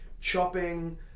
chopping